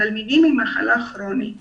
התלמידים עם מחלה כרונית